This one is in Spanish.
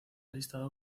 listado